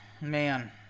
man